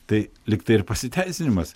tai lyg tai ir pasiteisinimas